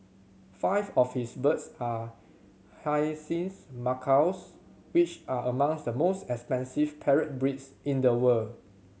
five of his birds are hyacinth macaws which are among the most expensive parrot breeds in the world